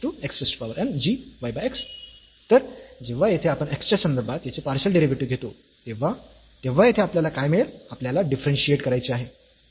तर जेव्हा येथे आपण x च्या संदर्भात याचे पार्शियल डेरिव्हेटिव्ह घेतो तेव्हा तेव्हा येथे आपल्याला काय मिळेल आपल्याला डिफरन्शियेट करायचे आहे